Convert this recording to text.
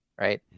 right